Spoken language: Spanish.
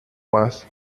más